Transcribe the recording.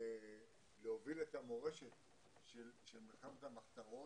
להוביל את המורשת של מלחמת המחתרות,